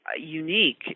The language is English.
unique